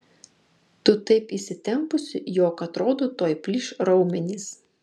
tu taip įsitempusi jog atrodo tuoj plyš raumenys